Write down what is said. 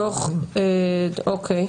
אוקיי.